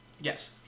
Yes